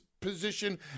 position